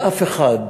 ואף אחד,